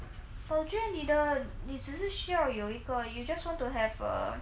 but 我觉得你的你只是需要有一个 or you just want to have a